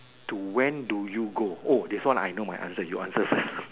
to when do you go oh this one I know my answer you answer first